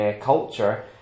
culture